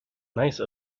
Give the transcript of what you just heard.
nice